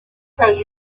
treasure